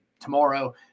Tomorrow